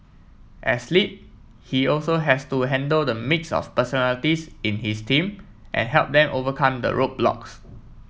as lead he also has to handle the mix of personalities in his team and help them overcome the roadblocks